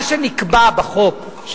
כמה יש בתל-אביב?